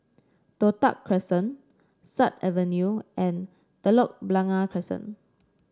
Toh Tuck Crescent Sut Avenue and Telok Blangah Crescent